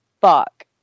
fuck